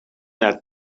that